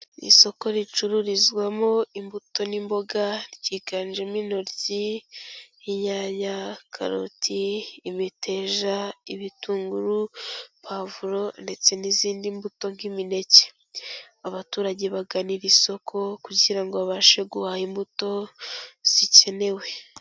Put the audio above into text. Isoko ricururizwamo imbuto n'imboga, ryiganjemo intoryi, inyanya, karoti, imiteja, ibitunguru, pavuro ndetse n'izindi mbuto nk'imineke. Abaturage bagana iri soko, kugira ngo babashe guha imbuto zikenewe.